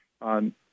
on